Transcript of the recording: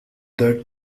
that